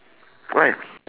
why